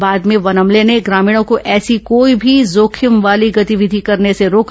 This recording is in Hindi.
बाद में वन अमले ने ग्रामीणों को ऐसी कोई भी जोखिम वाली गतिविधि करने से रोका